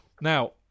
Now